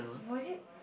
was it